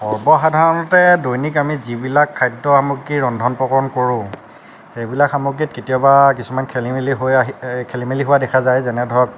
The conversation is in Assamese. সৰ্বসাধাৰণতে দৈনিক আমি যিবিলাক খাদ্য সামগ্ৰী ৰন্ধন প্ৰকৰণ কৰোঁ সেইবিলাক সামগ্ৰীত কেতিয়াবা কিছুমান খেলি মেলি হোৱা আহি খেলি মেলি দেখা যায় যেনে ধৰক